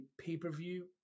pay-per-view